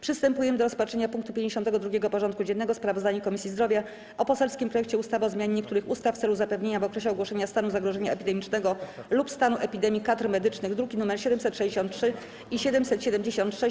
Przystępujemy do rozpatrzenia punktu 52. porządku dziennego: Sprawozdanie Komisji Zdrowia o poselskim projekcie ustawy o zmianie niektórych ustaw w celu zapewnienia w okresie ogłoszenia stanu zagrożenia epidemicznego lub stanu epidemii kadr medycznych (druki nr 763 i 776)